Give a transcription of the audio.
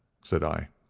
said i.